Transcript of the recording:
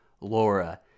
Laura